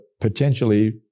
potentially